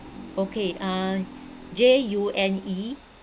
okay um J U N E